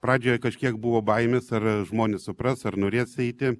pradžioje kažkiek buvo baimės ar žmonės supras ar norės eiti